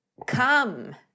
come